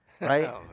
Right